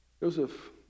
Joseph